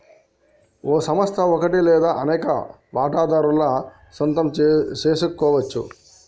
ఓ సంస్థ ఒకటి లేదా అనేక వాటాదారుల సొంతం సెసుకోవచ్చు